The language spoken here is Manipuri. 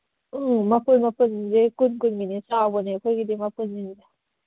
ꯎꯝ ꯃꯄꯨꯟ ꯃꯄꯨꯟꯁꯤ ꯀꯨꯟ ꯀꯨꯟꯒꯤꯅꯤ ꯆꯥꯎꯕꯅꯦ ꯑꯩꯈꯣꯏꯒꯤꯗꯤ ꯃꯄꯨꯟꯁꯤꯡꯁꯦ